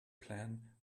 plan